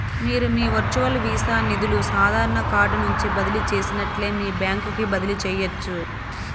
మీరు మీ virtual Visa నిదులు సాదారన కార్డు నుంచి బదిలీ చేసినట్లే మీ బాంక్ కి బదిలీ చేయచ్చు